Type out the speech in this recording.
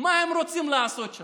מה הם רוצים לעשות שם?